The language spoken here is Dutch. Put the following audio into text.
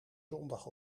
zondag